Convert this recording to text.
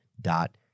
dot